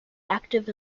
active